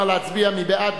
נא להצביע מי בעד?